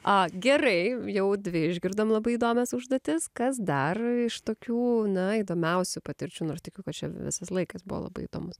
a gerai jau dvi išgirdom labai įdomias užduotis kas dar iš tokių na įdomiausių patirčių nors tikiu kad čia visas laikas buvo labai įdomus